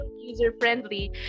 user-friendly